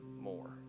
more